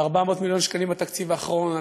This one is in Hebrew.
400 מיליון שקלים בתקציב האחרון,